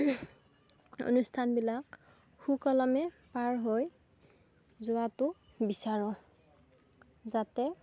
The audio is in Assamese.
অনুষ্ঠানবিলাক সুকলমে পাৰ হৈ যোৱাতো বিচাৰোঁ যাতে